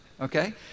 Okay